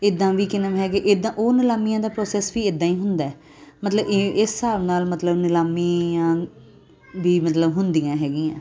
ਇੱਦਾਂ ਵੀ ਕਿਨਮ ਹੈਗੇ ਇੱਦਾਂ ਉਹ ਨਿਲਾਮੀਆਂ ਦਾ ਪ੍ਰੋਸੈਸ ਵੀ ਇੱਦਾਂ ਹੀ ਹੁੰਦਾ ਮਤਲਬ ਇਹ ਇਸ ਹਿਸਾਬ ਨਾਲ ਮਤਲਬ ਨਿਲਾਮੀਆਂ ਵੀ ਮਤਲਬ ਹੁੰਦੀਆਂ ਹੈਗੀਆਂ